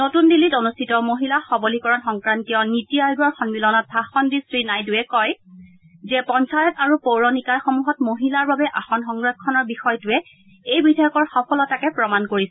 নতুন দিল্লীত অনুষ্ঠিত মহিলা সৱলীকৰণ সংক্ৰান্তীয় নিটী আয়োগৰ সন্মিলনত ভাষণ দি শ্ৰীনাইড়ৰে কয় যে পঞ্চায়ত আৰু পৌৰ নিকায়সমূহত মহিলাৰ বাবে আসন সংৰক্ষণৰ বিষয়টোৱে এই বিধেয়কৰ সফলতাকে প্ৰমাণ কৰিছে